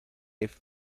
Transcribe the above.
life